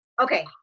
Okay